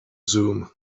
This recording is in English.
zoom